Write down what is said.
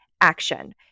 action